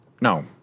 No